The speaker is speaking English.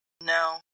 No